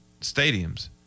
stadiums